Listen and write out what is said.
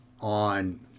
on